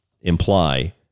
imply